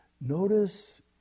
Notice